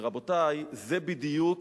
רבותי, זה בדיוק